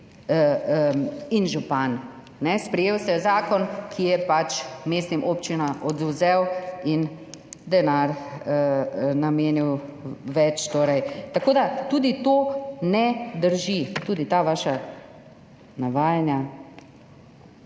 župan, sprejel se je zakon, ki je pač mestnim občinam odvzel in namenil več denarja. Tako da tudi to ne drži, tudi ta vaša navajanja